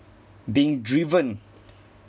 being driven